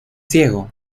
ciego